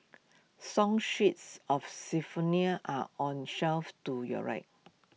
song sheets of are on shelf to your right